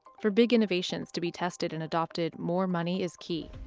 for big innovations to be tested and adopted, more money is key.